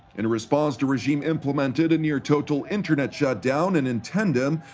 in response, the regime implemented a near-total internet shutdown, and in tandem,